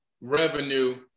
revenue